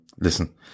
listen